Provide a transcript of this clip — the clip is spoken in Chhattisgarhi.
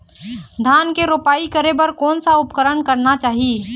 धान के रोपाई करे बर कोन सा उपकरण करना चाही?